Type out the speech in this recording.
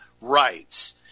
rights